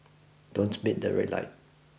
don't beat that red light